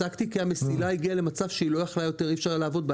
הפסקתי כי המסילה הגיעה למצב שאי אפשר היה לעבוד בה.